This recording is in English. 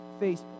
Facebook